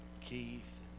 Keith